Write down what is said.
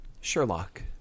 Sherlock